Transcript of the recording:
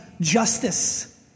justice